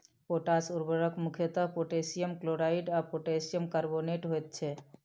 potash उर्वरक मुख्यतः potassium chloride आ पोटासियम कार्बोनेट होइत छै